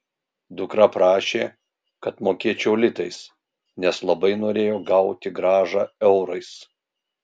dukra prašė kad mokėčiau litais nes labai norėjo gauti grąžą eurais